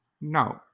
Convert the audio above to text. No